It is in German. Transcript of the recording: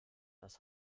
das